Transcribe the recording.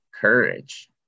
courage